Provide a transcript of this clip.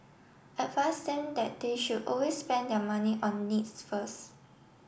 advise them that they should always spend their money on needs first